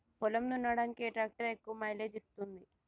పొలం దున్నడానికి ఏ ట్రాక్టర్ ఎక్కువ మైలేజ్ ఇస్తుంది?